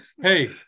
hey